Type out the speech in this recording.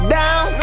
down